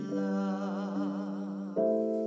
love